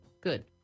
Good